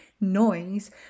noise